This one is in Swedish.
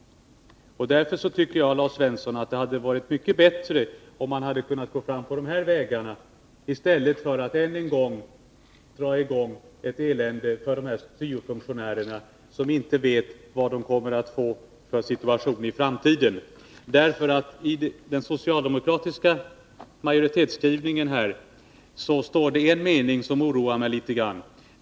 Därför tycker jag, Lars Svensson, att det hade varit mycket bättre om man hade kunnat gå fram på dessa vägar i stället för att på nytt dra i gång ett elände för syo-funktionärerna, som inte vet vad de kommer att få för situation i framtiden. I den socialdemokratiska majoritetsskrivningen står en mening som oroar mig.